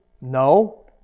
no